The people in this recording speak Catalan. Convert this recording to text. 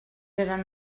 eren